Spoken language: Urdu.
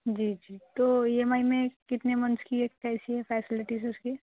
جی جی تو ای ایم آئی میں کتنے منتھ کی ہے کیسی ہے فیسلٹیز اُس کی